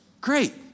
great